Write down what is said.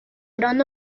gran